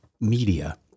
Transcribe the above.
media –